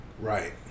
Right